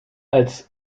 als